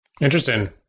Interesting